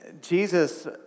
Jesus